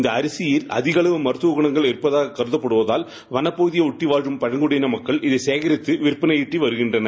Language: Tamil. இந்த அரிசியில் அதிகளவு மருத்துவ குணங்கள் இருப்பதாக கருதப்படுவதால் வளப்பகுதியில் ஒட்டி வாழும் பழங்குடி மக்கள் இதை சேகரித்து விற்பனை ஈட்டி வருகின்றனர்